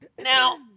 Now